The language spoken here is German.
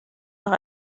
nach